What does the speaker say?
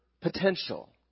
potential